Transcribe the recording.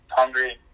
hungry